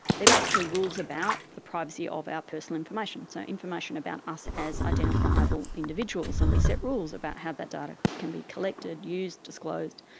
they are basically rules about the privacy of our personal information, so information about us as identifiable individuals and we set rules about how that data can be collected, used, disclosed,